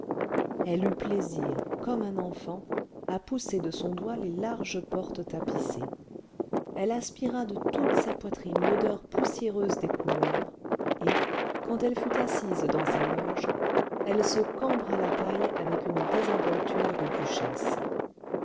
elle eut plaisir comme un enfant à pousser de son doigt les larges portes tapissées elle aspira de toute sa poitrine l'odeur poussiéreuse des couloirs et quand elle fut assise dans sa loge elle se cambra la taille avec une désinvolture de duchesse